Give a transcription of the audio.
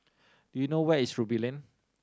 do you know where is Ruby Lane